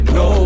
no